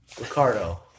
Ricardo